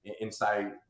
inside